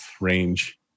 range